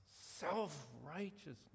self-righteousness